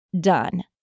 done